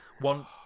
One